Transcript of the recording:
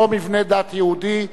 לא מבנה דת יהודי.